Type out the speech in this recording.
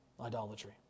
idolatry